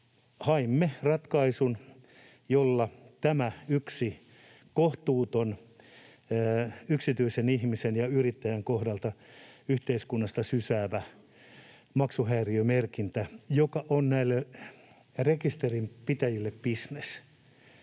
haimme ratkaisun, jolla poistetaan tämä yksi kohtuuton yksityisen ihmisen ja yrittäjän kohdalla yhteiskunnasta sysäävä maksuhäiriömerkintä, joka on näille rekisterinpitäjille bisnes